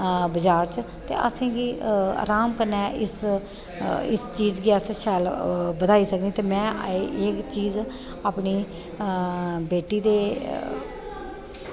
बाजार च असएंगी आराम कन्नै इस च इस चीज़ गी अस शैल बधाई सकने ते एह् चीज़ अपनी बेटी दे